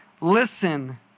Listen